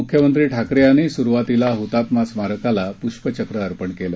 मुख्यमंत्री ठाकरे यांनी सुरूवातीला हुतात्मा स्मारकास पुष्पचक्र अर्पण केलं